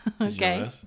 Okay